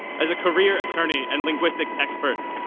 as a career attorney and linguistics expert,